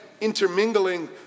intermingling